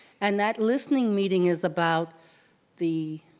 and that listening meeting is about the